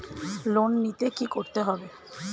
Loan নিতে কী করতে হবে?